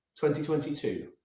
2022